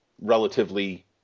relatively